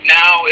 now